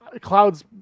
cloud's